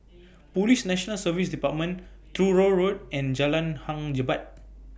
Police National Service department Truro Road and Jalan Hang Jebat